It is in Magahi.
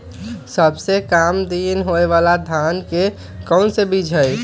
सबसे काम दिन होने वाला धान का कौन सा बीज हैँ?